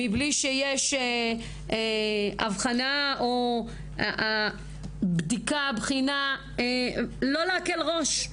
מבלי שיש הבחנה או בדיקה, בחינה, לא להקל ראש.